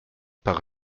par